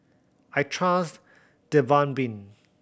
I trust Dermaveen